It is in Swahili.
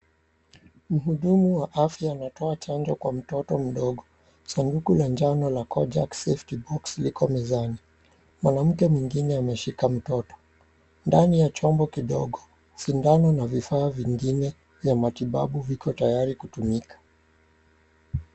Mhudumu wa afya anatoa chanjo kwa mtoto mdogo. Sanduku la njano la Kojak Safety Box liko mezani. Mwanamke mwengine ameshika mtoto. Ndani ya chombo kidogo sindano na vifaa vingine vya matibabu viko tayari kutumika.